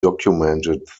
documented